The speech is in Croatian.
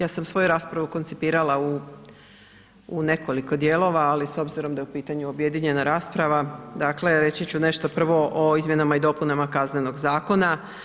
Dakle, ja sam svoju raspravu koncipirala u nekoliko dijelova, ali s obzirom da je u pitanju objedinjena rasprava reći ću nešto prvo o izmjenama i dopunama Kaznenog zakona.